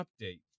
update